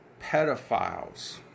pedophiles